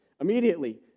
immediately